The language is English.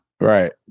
right